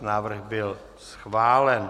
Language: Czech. Návrh byl schválen.